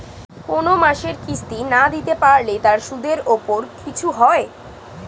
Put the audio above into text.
কোন মাসের কিস্তি না দিতে পারলে তার সুদের উপর কিছু হয়?